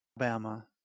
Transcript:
Alabama